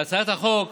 בהצעת החוק